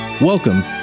Welcome